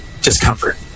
discomfort